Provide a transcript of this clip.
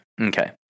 Okay